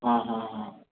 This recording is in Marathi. हां हां हां